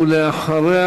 ולאחריה,